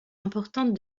importante